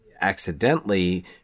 accidentally